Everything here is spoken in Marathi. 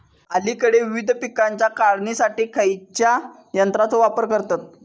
अलीकडे विविध पीकांच्या काढणीसाठी खयाच्या यंत्राचो वापर करतत?